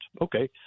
Okay